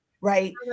Right